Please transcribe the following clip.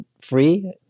free